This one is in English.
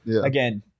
Again